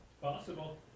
Possible